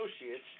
Associates